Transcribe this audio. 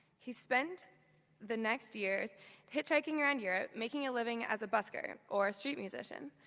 he spent the next years hitchhiking around europe making a living as a busker or a street musician.